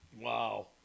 Wow